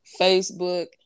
facebook